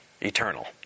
eternal